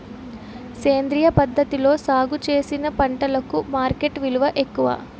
సేంద్రియ పద్ధతిలో సాగు చేసిన పంటలకు మార్కెట్ విలువ ఎక్కువ